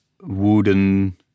wooden